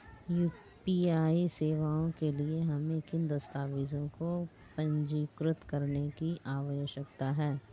UPI सेवाओं के लिए हमें किन दस्तावेज़ों को पंजीकृत करने की आवश्यकता है?